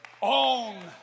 on